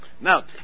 Now